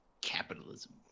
Capitalism